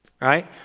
Right